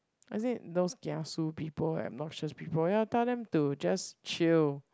I think those kiasu people obnoxious people ya tell them to just chill